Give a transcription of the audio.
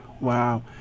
Wow